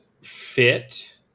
fit